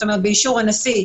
באישור הנשיא,